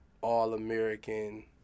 all-American